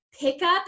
Pickup